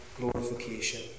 Glorification